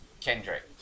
Kendrick